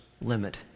limit